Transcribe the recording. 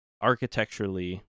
architecturally